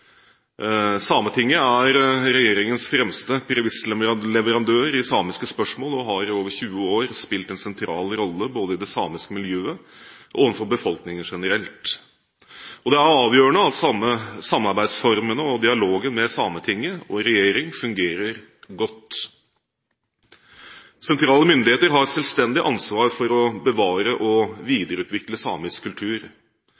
sentral rolle, både i det samiske miljøet og overfor befolkningen generelt. Det er avgjørende at samarbeidsformene og dialogen mellom Sametinget og regjeringen fungerer godt. Sentrale myndigheter har et selvstendig ansvar for å bevare og